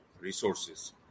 resources